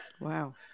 Wow